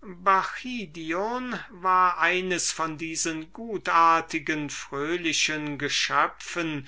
bacchidion war eines von diesen gutartigen fröhlichen geschöpfen